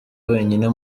wenyine